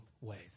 ways